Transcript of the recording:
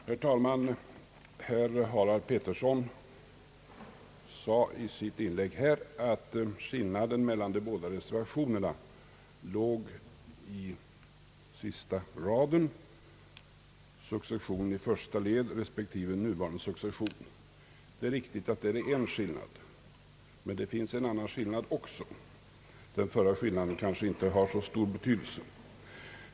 Herr talman! Herr Harald Pettersson sade i sitt inlägg att skillnaden mellan de båda reservationerna låg i sista raden, »successionen i första led» respektive »den nuvarande successionen». Det är riktigt att det är en skillnad, men det finns en annan skillnad också. Den förra skillnaden kanske inte har så stor betydelse.